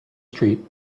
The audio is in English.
street